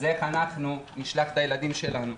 אז איך אנחנו נשלח את הילדים שלנו?